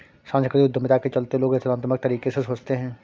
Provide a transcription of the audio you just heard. सांस्कृतिक उद्यमिता के चलते लोग रचनात्मक तरीके से सोचते हैं